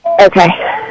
Okay